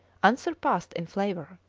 unsurpassed in flavour.